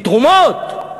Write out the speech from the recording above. מתרומות?